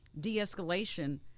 de-escalation